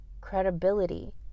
credibility